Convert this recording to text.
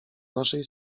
naszej